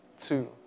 two